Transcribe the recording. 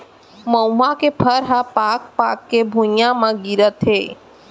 मउहा के फर ह पाक पाक के भुंइया म गिरथे